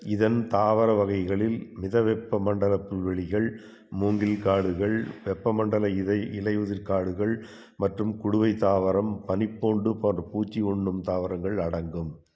இதன் தாவர வகைகளில் மிதவெப்ப மண்டல புல்வெளிகள் மூங்கில் காடுகள் வெப்பமண்டல இலை இலையுதிர் காடுகள் மற்றும் குடுவை தாவரம் பனிப்பூண்டு போன்ற பூச்சி உண்ணும் தாவரங்கள் அடங்கும்